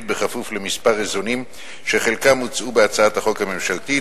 בכפוף למספר איזונים שחלקם הוצעו בהצעת החוק הממשלתית